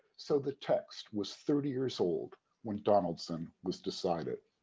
so the text was thirty years old when donaldson was decided.